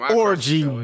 orgy